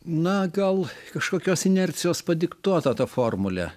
na gal kažkokios inercijos padiktuota ta formulė